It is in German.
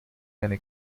eine